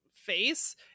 face